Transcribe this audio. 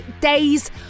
days